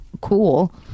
Cool